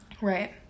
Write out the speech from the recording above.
Right